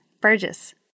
Burgess